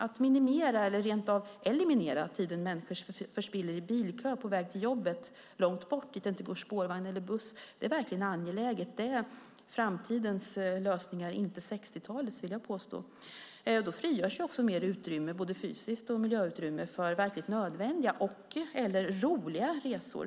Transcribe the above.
Att minimera eller rent av eliminera tiden människor förspiller i bilköer på väg till jobbet långt bort, dit det inte går spårvagn eller buss, är verkligen angeläget. Det är framtidens lösningar, inte 60-talets, vill jag påstå. Då frigörs också mer utrymme, både fysiskt utrymme och miljöutrymme, för verkligt nödvändiga och/eller roliga resor.